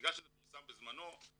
בגלל שזה פורסם בזמנו,